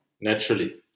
naturally